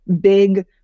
big